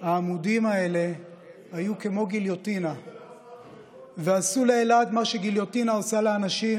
העמודים האלה היו כמו גליוטינה ועשו לאלעד מה שגיליוטינה עושה לאנשים,